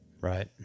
Right